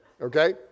okay